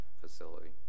facility